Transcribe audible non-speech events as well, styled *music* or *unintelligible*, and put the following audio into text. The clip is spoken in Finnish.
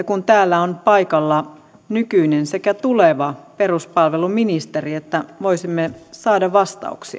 *unintelligible* kun täällä on paikalla nykyinen sekä tuleva peruspalveluministeri että voisimme saada vastauksia